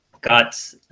got